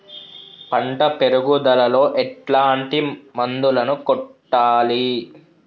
పంట పెరుగుదలలో ఎట్లాంటి మందులను కొట్టాలి?